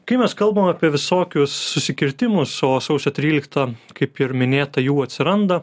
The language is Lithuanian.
kai mes kalbam apie visokius susikirtimus su sausio trylikta kaip ir minėta jų atsiranda